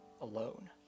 alone